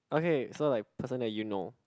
okay so like person that you know